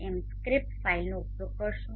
m script ફાઇલનો ઉપયોગ કરીશું